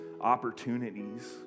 opportunities